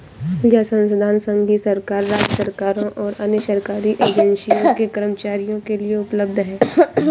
यह संसाधन संघीय सरकार, राज्य सरकारों और अन्य सरकारी एजेंसियों के कर्मचारियों के लिए उपलब्ध है